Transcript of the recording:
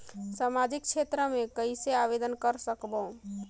समाजिक क्षेत्र मे कइसे आवेदन कर सकबो?